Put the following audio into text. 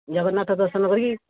ଜଗନ୍ନାଥ ଦର୍ଶନ କରିକି